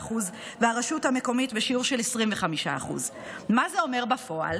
75% והרשות המקומית בשיעור של 25% מה זה אומר בפועל?